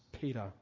Peter